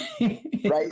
Right